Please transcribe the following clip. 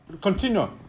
Continue